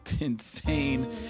insane